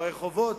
הרחובות